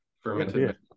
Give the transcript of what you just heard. fermented